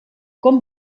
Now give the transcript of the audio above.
com